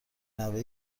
نوه